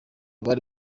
bari